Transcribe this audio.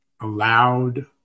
allowed